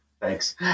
Thanks